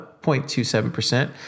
0.27%